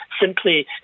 simply